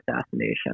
assassination